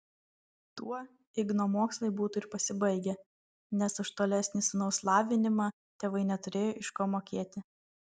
tuo igno mokslai būtų ir pasibaigę nes už tolesnį sūnaus lavinimą tėvai neturėjo iš ko mokėti